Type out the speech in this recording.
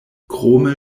krome